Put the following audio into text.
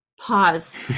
pause